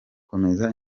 komeza